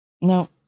No